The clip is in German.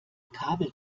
kabel